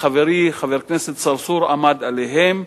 שחברי חבר הכנסת צרצור עמד עליהם.